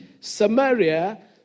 Samaria